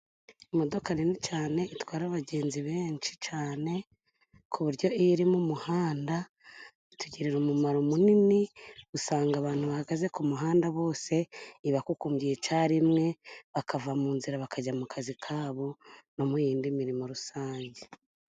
Imodoka nini cyane itwara abagenzi benshi cyane, ku buryo iyo iri mu muhanda bitugirira umumaro munini. Usanga abantu bahagaze ku muhanda bose ibakukumbiye icya rimwe bakava mu nzira, bakajya mu kazi kabo, no mu yindi mirimo rusange.